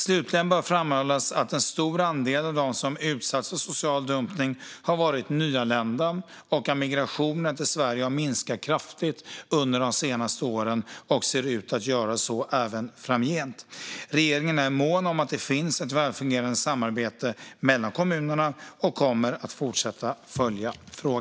Slutligen bör framhållas att en stor andel av dem som utsatts för social dumpning har varit nyanlända och att migrationen till Sverige har minskat kraftigt under de senaste åren och ser ut att göra så även framgent. Regeringen är mån om att det finns ett välfungerande samarbete mellan kommunerna och kommer att fortsätta att följa frågan.